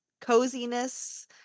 coziness